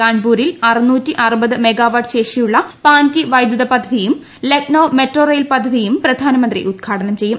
കാൺപൂരിൽ ഒരു മെഗാവാട്ട് ശേഷിയുള്ള പാൻകി വൈദ്യുത പദ്ധതിയും ലക്നൌ മെട്രോ റെയിൽ പദ്ധതിയും പ്രധാനമന്ത്രി ഉദ്ഘാടനം പ്രച്ചെയ്യും